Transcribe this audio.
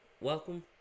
welcome